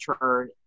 turn